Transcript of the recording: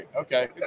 Okay